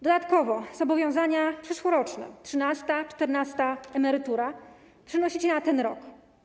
Dodatkowo zobowiązania przyszłoroczne - 13. i 14. emerytura - przenosicie na ten rok.